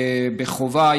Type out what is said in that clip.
בחובה,